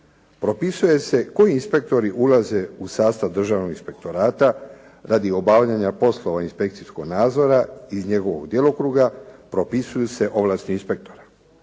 Propisuje se koji inspektori ulaze u sastav Državnog inspektorata radi obavljanja poslova inspekcijskog nadzora iz njegovog djelokruga propisuju se ovlasti inspektora.